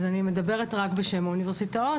אז אני מדברת רק בשם האוניברסיטאות,